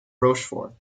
rochefort